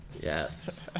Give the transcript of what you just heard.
Yes